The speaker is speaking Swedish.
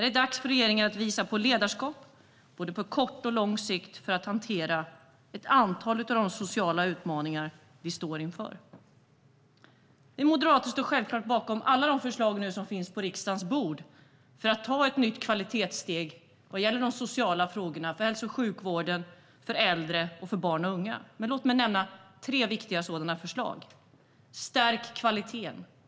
Det är dags för regeringen att visa ledarskap på både kort och lång sikt för att hantera ett antal av de sociala utmaningar vi står inför. Vi moderater står självklart bakom alla de förslag som nu finns för att ta ett nytt kvalitetssteg när det gäller de sociala frågorna, hälso och sjukvården, äldre och barn och unga, men låt mig nämna tre viktiga sådana förslag. För det första: Stärk kvaliteten!